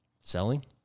selling